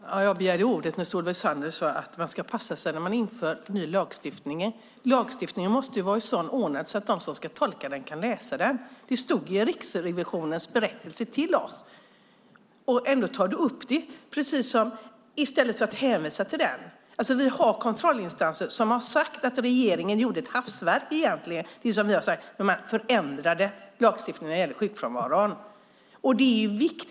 Fru talman! Jag begärde ordet när Solveig Zander sade att man ska passa sig när man inför ny lagstiftning. Lagstiftningen måste vara så ordnad att de som ska tolka den kan läsa den. Det stod i Riksrevisionens berättelse till oss. Ändå tar du upp denna fråga utan att hänvisa till den. Vi har kontrollinstanser som har sagt att regeringen egentligen gjorde ett hafsverk när man förändrade lagstiftningen när det gäller sjukfrånvaron, som också vi har sagt.